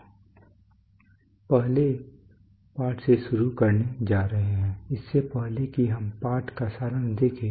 हम पहले पाठ से शुरू करने जा रहे हैं इससे पहले कि हम पाठ का सारांश देखें